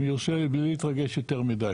אם יורשה לי, בלי להתרגש יותר מידי.